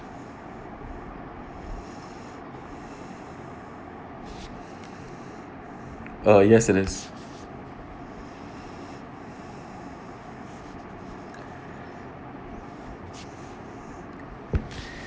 uh yes it is